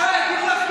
צאי החוצה.